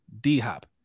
D-Hop